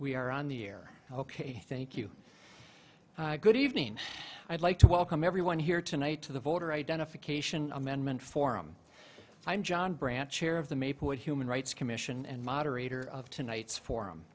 we are on the air ok thank you good evening i'd like to welcome everyone here tonight to the voter identification amendment forum i'm john branch chair of the maplewood human rights commission and moderator of tonight's forum